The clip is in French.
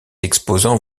exposants